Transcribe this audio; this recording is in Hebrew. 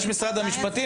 יש את משרד המשפטים.